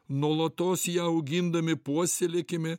nuolatos ją augindami puoselėkime